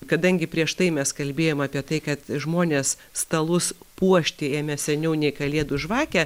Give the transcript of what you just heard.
kadangi prieš tai mes kalbėjom apie tai kad žmonės stalus puošti ėmė seniau nei kalėdų žvakę